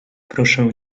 proszę